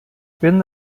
bin